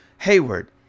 hayward